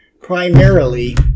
primarily